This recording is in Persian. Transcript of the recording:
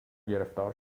گرفتار